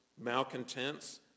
malcontents